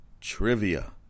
Trivia